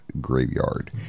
graveyard